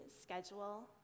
schedule